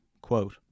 Quote